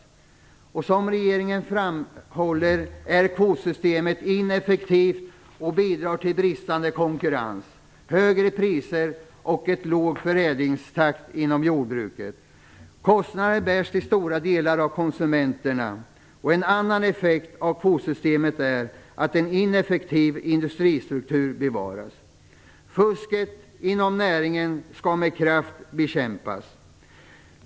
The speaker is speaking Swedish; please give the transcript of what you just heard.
Som regeringen framhåller är kvotsystemet ineffektivt och bidrar till bristande konkurrens, högre priser och en låg förändringstakt inom jordbruket. Kostnaderna bärs till stora delar av konsumenterna. En annan effekt av kvotsystemet är att en inneffektiv industristruktur bevaras. Fusket inom näringen skall med kraft bekämpas.